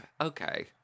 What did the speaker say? Okay